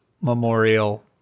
Memorial